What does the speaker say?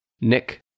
Nick